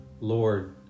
Lord